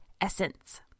essence